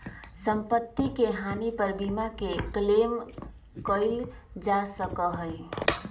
सम्पत्ति के हानि पर बीमा के क्लेम कइल जा सका हई